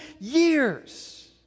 years